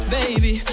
Baby